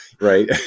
right